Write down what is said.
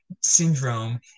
syndrome